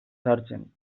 sartzen